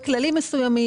בכללים מסוימים,